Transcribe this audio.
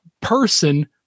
person